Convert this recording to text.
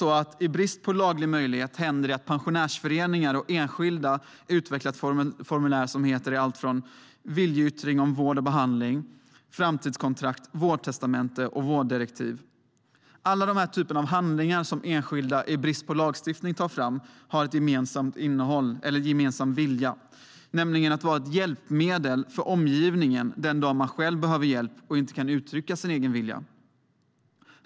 I brist på laglig möjlighet, tyvärr, händer det att pensionärsföreningar och enskilda utvecklar formulär som heter alltifrån viljeyttring om vård och behandling, framtidskontrakt och vårdtestamente till vårddirektiv. Alla dessa handlingar som enskilda i brist på lagstiftning tar fram visar en gemensam vilja, nämligen att vara ett hjälpmedel för omgivningen den dag då man själv behöver hjälp och inte kan uttrycka sin egen vilja.